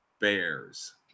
bears